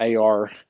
AR